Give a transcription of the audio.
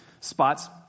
spots